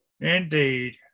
indeed